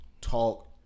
talk